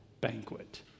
banquet